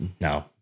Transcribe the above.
No